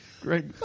great